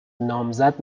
نامزد